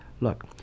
look